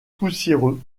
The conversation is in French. poussiéreux